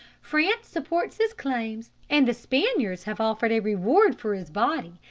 france supports his claims, and the spaniards have offered a reward for his body,